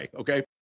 okay